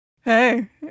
Hey